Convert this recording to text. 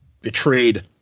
Betrayed